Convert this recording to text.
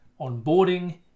onboarding